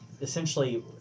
essentially